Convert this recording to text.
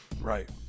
right